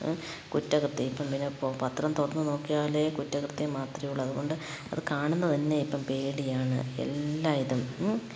കുറ്റകൃത്യം ഇപ്പം പിന്നെ ഇപ്പോൾ പത്രം തുറന്നു നോക്കിയാലേ കുറ്റകൃത്യം മാത്രമേ ഉള്ളു അതുകൊണ്ട് അതു കാണുന്നതു തന്നെ ഇപ്പോൾ പേടിയാണ് എല്ലായിതും